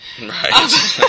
Right